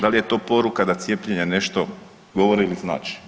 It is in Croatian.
Da li je to poruka da cijepljenje nešto govori ili znači?